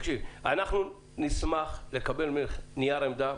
אנחנו נשמח לקבל ממך נייר עמדה,